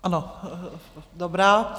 Ano, dobrá.